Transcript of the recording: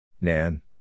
Nan